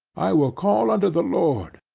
i will call unto the lord,